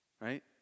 right